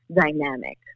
dynamic